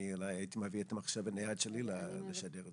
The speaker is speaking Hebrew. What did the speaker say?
אני הייתי מביא את המחשב שלי כדי לשדר את זה.